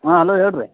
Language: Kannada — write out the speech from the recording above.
ಹಾಂ ಅಲೋ ಹೇಳಿ ರೀ